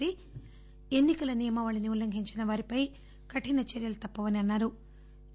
P ఎన్నికల నియమావళిని ఉల్లంఘించిన వారిపై కఠిన చర్యలు తప్పవని అన్నారు